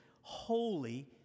holy